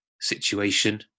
situation